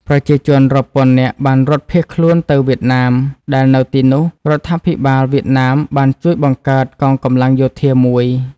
ប្រជាជនរាប់ពាន់នាក់បានរត់ភៀសខ្លួនទៅវៀតណាម ដែលនៅទីនោះ រដ្ឋាភិបាលវៀតណាមបានជួយបង្កើត កងកម្លាំងយោធាមួយ។